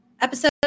episode